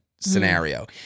scenario